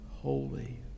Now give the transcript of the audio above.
holy